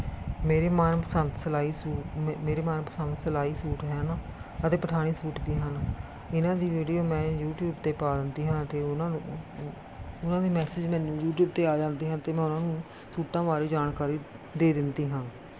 ਮੇਰੇ ਮਨਪਸੰਦ ਸਿਲਾਈ ਸੂਟ ਮੇਰੇ ਮਨਪਸੰਦ ਸਿਲਾਈ ਸੂਟ ਹੈ ਨਾ ਅਤੇ ਪਠਾਣੀ ਸੂਟ ਵੀ ਹਨ ਇਹਨਾਂ ਦੀ ਵੀਡੀਓ ਮੈਂ ਯੂਟੀਊਬ 'ਤੇ ਪਾ ਦਿੰਦੀ ਹਾਂ ਅਤੇ ਉਹਨਾਂ ਨੂੰ ਉਹਨਾਂ ਦੀ ਮੈਸੇਜ ਮੈਨੂੰ ਯੂਟੀਊਬ 'ਤੇ ਆ ਜਾਂਦੇ ਹਨ 'ਤੇ ਮੈਂ ਉਹਨਾਂ ਨੂੰ ਸੂਟਾਂ ਬਾਰੇ ਜਾਣਕਾਰੀ ਦੇ ਦਿੰਦੀ ਹਾਂ